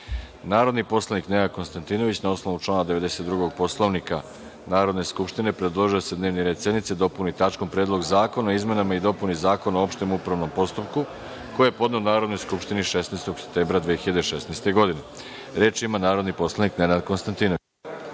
predlog. Narodni poslanik Nenad Konstatinović, na osnovu člana 92. Poslovnika Narodne skupštine, predložio je da se dnevni red sednice dopuni tačkom – Predlog zakona o izmenama i dopuni Zakona o opštem upravnom postupku, koji je podneo Narodnoj skupštini 16. septembra 2016. godine. Reč ima narodni poslanik Nenad Konstantinović.